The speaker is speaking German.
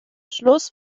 schluss